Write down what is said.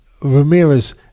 Ramirez